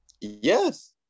yes